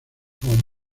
home